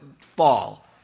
fall